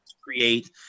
create